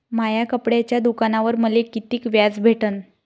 माया कपड्याच्या दुकानावर मले कितीक व्याज भेटन?